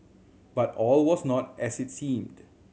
but all was not as it seemed